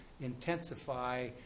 intensify